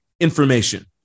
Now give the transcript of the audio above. information